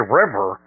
river